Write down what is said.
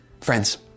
Friends